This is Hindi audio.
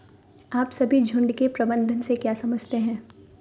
आप सभी झुंड के प्रबंधन से क्या समझते हैं?